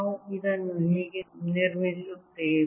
ನಾವು ಇದನ್ನು ಹೇಗೆ ನಿರ್ಮಿಸುತ್ತೇವೆ